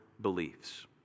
beliefs